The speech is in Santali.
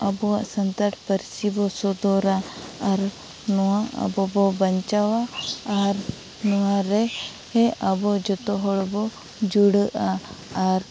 ᱟᱵᱚᱣᱟᱜ ᱥᱟᱱᱛᱟᱲ ᱯᱟᱹᱨᱥᱤᱵᱚ ᱥᱚᱫᱚᱨᱟ ᱟᱨ ᱱᱚᱣᱟ ᱟᱵᱚᱵᱚ ᱵᱟᱧᱪᱟᱣᱟ ᱟᱨ ᱱᱚᱣᱟᱨᱮ ᱟᱵᱚ ᱡᱚᱛᱚ ᱦᱚᱲᱵᱚ ᱡᱩᱲᱟᱹᱜᱼᱟ ᱟᱨ